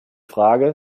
frage